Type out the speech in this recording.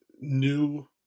new